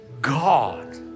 God